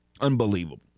unbelievable